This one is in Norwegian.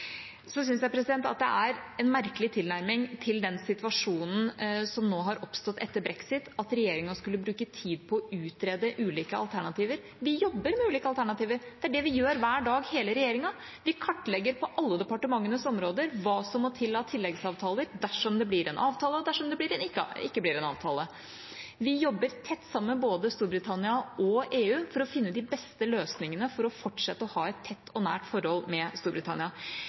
Så syns jeg det er en merkelig tilnærming til den situasjonen som nå har oppstått etter brexit, at regjeringa skulle bruke tid på å utrede ulike alternativer. Vi jobber med ulike alternativer. Det er det vi gjør hver dag, hele regjeringa. Vi kartlegger på alle departementenes områder hva som må til av tilleggsavtaler dersom det blir en avtale, og dersom det ikke blir en avtale. Vi jobber tett sammen med både Storbritannia og EU for å finne de beste løsningene for fortsatt å ha et tett og nært forhold til Storbritannia.